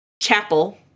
chapel